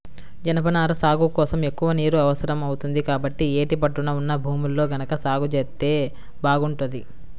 జనపనార సాగు కోసం ఎక్కువ నీరు అవసరం అవుతుంది, కాబట్టి యేటి పట్టున ఉన్న భూముల్లో గనక సాగు జేత్తే బాగుంటది